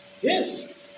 Yes